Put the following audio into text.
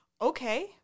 okay